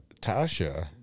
Tasha